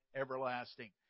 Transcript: everlasting